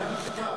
סגן השר.